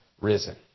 risen